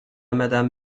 madame